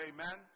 Amen